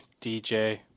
DJ